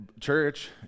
church